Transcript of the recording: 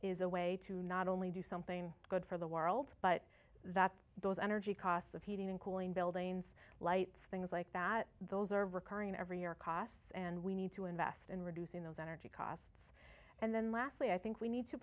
is a way to not only do something good for the world but that those energy cost of heating and cooling buildings lights things like that those are recurring every year costs and we need to invest in reducing those energy costs and then lastly i think we need to